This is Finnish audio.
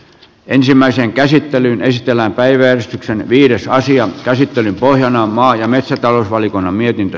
ensimmäisen käsittelyn esitellään päiväys on viides aasian käsittelyn pohjana on maa ja metsätalousvaliokunnan mietintö